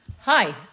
Hi